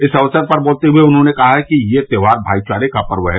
इस अवसर पर बोलते हुए उन्होंने कहा कि यह त्योहार भाईचारे का पर्व है